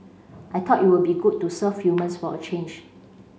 I thought it would be good to serve humans for a change